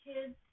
kids